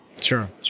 Sure